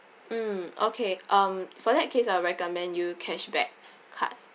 mm okay um for that case I'll recommend you cashback card